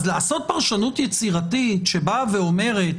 אז לעשות פרשנות יצירתית שאומרת